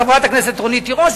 חברת הכנסת רונית תירוש,